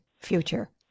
future